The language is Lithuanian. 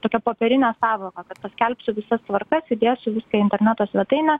tokia popierinė sąvoka paskelbsiu visas tvarkas įdėsiu viską į interneto svetainę